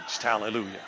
Hallelujah